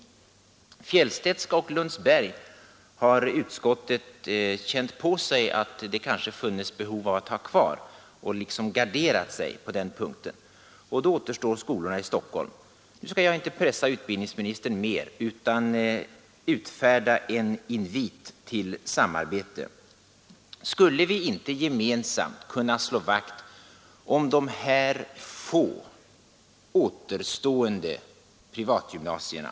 Fjellstedtska skolan och Lundsbergs skola har utskottet känt på sig att det finns behov av att ha kvar och garderat sig på den punkten. Och då återstår skolorna i Stockholm. Nu skall jag inte pressa utbildningsministern mer utan utfärda en invit till samarbete. Skulle vi inte gemensamt kunna slå vakt om de här få återstående privatgymnasierna?